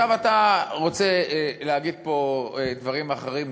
אתה רוצה להגיד פה דברים אחרים,